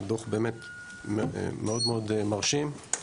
דוח באמת מאוד מאוד מרשים.